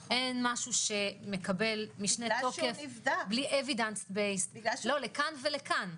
אין משהו שמקבל משנה תוקף בלי evidence based לכאן ולכאן.